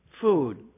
food